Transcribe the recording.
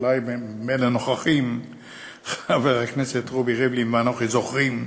אולי בין הנוכחים חבר הכנסת רובי ריבלין ואנוכי זוכרים,